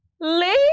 Late